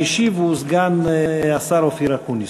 המשיב הוא סגן השר אופיר אקוניס.